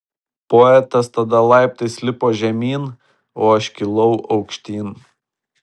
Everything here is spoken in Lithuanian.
poetas tada laiptais lipo žemyn o aš kilau aukštyn